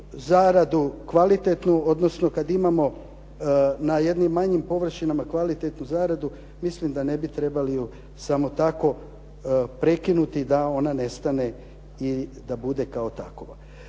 zaradu kvalitetnu, odnosno kada imamo na jednim manjim površinama kvalitetnu zaradu, mislim da ne bi trebali ju samo tako prekinuti da ona nestane i da bude kao takova.